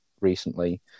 recently